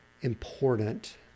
important